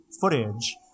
footage